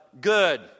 good